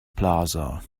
plaza